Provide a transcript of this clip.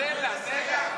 אופיר, תן לה.